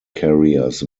carriers